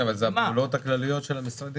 כן, אבל זה הפעולות הכלליות של המשרדים.